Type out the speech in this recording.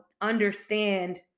understand